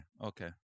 Okay